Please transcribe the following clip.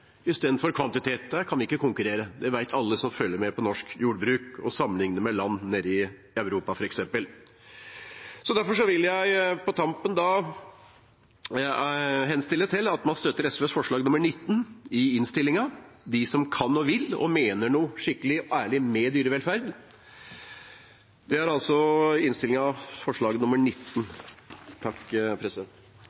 istedenfor kvantitet. Det kan vi ikke konkurrere på. Det vet alle som følger med på norsk jordbruk og sammenlikner oss med land nedover i Europa, f.eks. Derfor vil jeg på tampen henstille til dem som kan og vil og mener noe skikkelig og ærlig med dyrevelferd, om å støtte SVs forslag om dette, forslag nr. 19 i innstillingen. Senterpartiet er